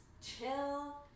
chill